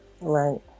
right